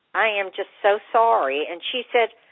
i am just so sorry. and she said,